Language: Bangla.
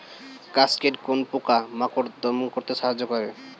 কাসকেড কোন পোকা মাকড় দমন করতে সাহায্য করে?